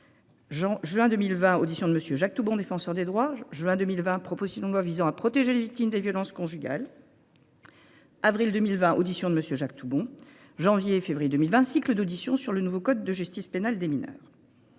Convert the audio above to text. juin 2020, audition de Monsieur Jacques Toubon. Défenseur des droits. Juin 2020, proposition de loi visant à protéger les victimes des violences conjugales. Avril 2020, audition de Monsieur Jacques Toubon. Janvier février 2020 cycle d'auditions sur le nouveau code de justice pénale des mineurs.